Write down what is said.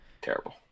terrible